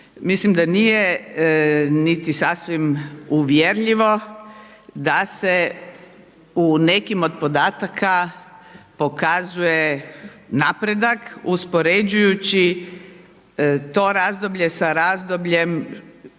mislim da nije niti sasvim uvjerljivo da se u nekim od podataka pokazuje napredak uspoređujući to razdoblje sa razdobljem